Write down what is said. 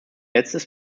letztes